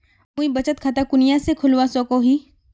मुई बचत खता कुनियाँ से खोलवा सको ही?